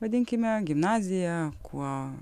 vadinkime gimnaziją kuo